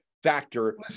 factor